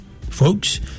folks